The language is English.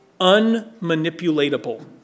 unmanipulatable